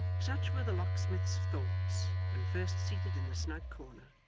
such were the locksmith's thoughts when first seated in the snug corner,